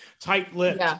tight-lipped